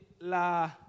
la